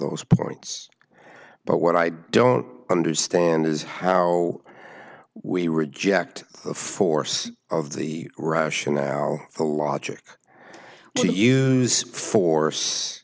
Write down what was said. those points but what i don't understand is how we reject the force of the russia now the logic to use force